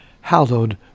hallowed